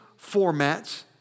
formats